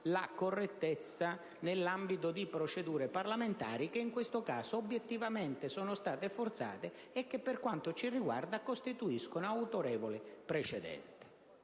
la correttezza nell'ambito di procedure parlamentari che, in questo caso, obiettivamente sono state forzate e che, per quanto ci riguarda, costituiscono autorevole precedente.